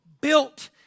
built